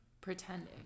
pretending